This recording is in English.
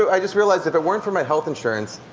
i just realized if it weren't for my health insurance,